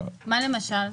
מה למשל?